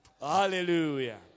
Hallelujah